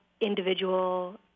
individual